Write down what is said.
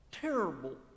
terrible